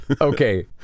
Okay